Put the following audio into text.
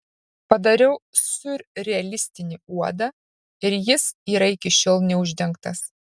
padariau siurrealistinį uodą ir jis yra iki šiol neuždengtas